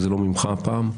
וזה לא ממך הפעם,